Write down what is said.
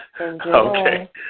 Okay